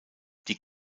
die